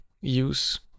use